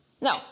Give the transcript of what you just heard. no